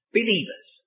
believers